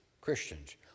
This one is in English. Christians